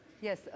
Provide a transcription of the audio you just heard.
Yes